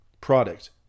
product